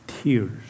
Tears